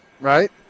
right